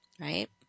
right